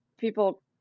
people